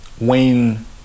Wayne